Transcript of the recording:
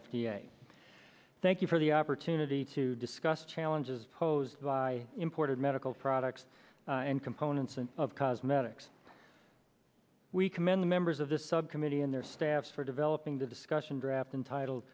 a thank you for the opportunity to discuss the challenges posed by imported medical products and components and of cosmetics we commend the members of this subcommittee and their staff for developing the discussion draft entitle